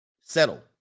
Settle